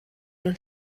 nhw